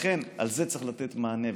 לכן על זה צריך לתת מענה.